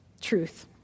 truth